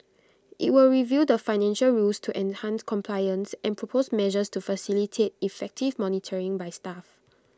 IT will review the financial rules to enhance compliance and propose measures to facilitate effective monitoring by staff